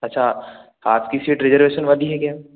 अच्छा आपकी seat reservation वाली है क्या